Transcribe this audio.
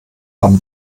haben